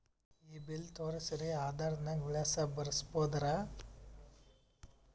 ಈ ಬಿಲ್ ತೋಸ್ರಿ ಆಧಾರ ನಾಗ ವಿಳಾಸ ಬರಸಬೋದರ?